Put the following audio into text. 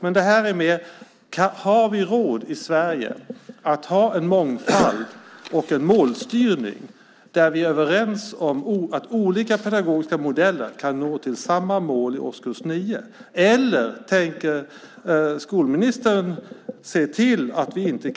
Men har vi råd i Sverige att ha en mångfald och en målstyrning där vi är överens om att olika pedagogiska modeller kan leda till samma mål i årskurs 9, eller tänker skolministern se till att vi inte